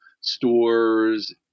stores